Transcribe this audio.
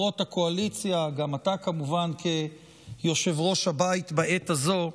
וגם אתה כמובן, כיושב-ראש הבית בעת הזאת,